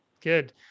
Good